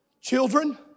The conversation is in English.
Children